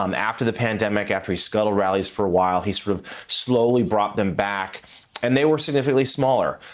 um after the pandemic, after he so but rallied for awhile, he sort of slowly brought them back and they were significantly smaller.